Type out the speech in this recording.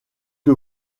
que